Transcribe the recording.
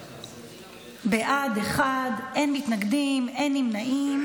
בעד, אחד, אין מתנגדים, אין נמנעים.